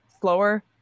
slower